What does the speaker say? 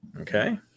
Okay